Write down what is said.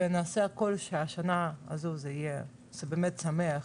ונעשה הכול שהשנה הזו זה יהיה באמת שמח,